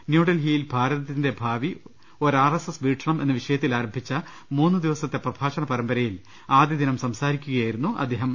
ന്യൂഡൽഹിയിൽ ഭാരത ത്തിന്റെ ഭാവി ഒരു ആർഎസ്എസ് വീക്ഷണം എന്ന വിഷയത്തിൽ ആരംഭിച്ച മൂന്ന് ദിവസത്തെ പ്രഭാഷണ പരമ്പരയിൽ ആദ്യദിനം സംസാരിക്കുകയായിരുന്നു അദ്ദേഹം